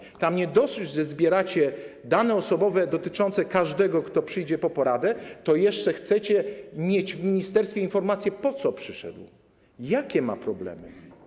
W tym przypadku nie dosyć, że zbieracie dane osobowe dotyczące każdego, kto przyjdzie po poradę, to jeszcze chcecie mieć w ministerstwie informację, po co przyszedł, jakie ma problemy.